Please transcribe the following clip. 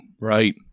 right